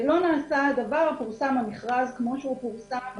לא נעשה דבר, פורסם המכרז כמו שהוא פורסם.